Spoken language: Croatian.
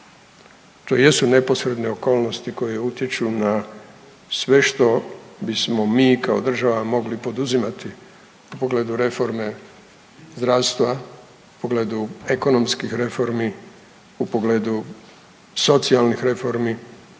To jesu neposredne okolnosti koje utječu na sve što bismo mi kao država mogli poduzimati u pogledu reforme zdravstva, u pogledu ekonomskih reformi, u pogledu socijalnih reformi